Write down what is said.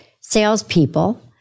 salespeople